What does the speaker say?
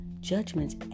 judgments